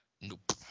Nope